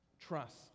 trust